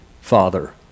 father